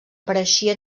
apareixia